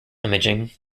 imaging